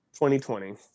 2020